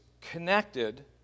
connected